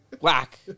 Whack